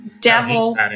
devil